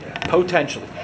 Potentially